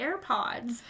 AirPods